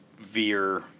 veer